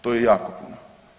To je jako puno.